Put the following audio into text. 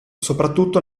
soprattutto